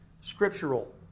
scriptural